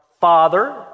father